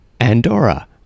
Andorra